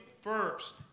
first